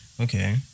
Okay